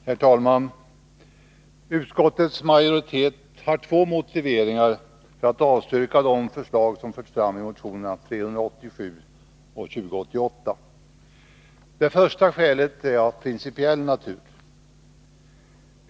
Herr talman! Utskottets majoritet har två motiveringar för att avstyrka de förslag som förts fram i motionerna 387 och 2088. Det första skälet är av principiell natur.